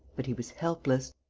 but he was helpless.